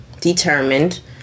determined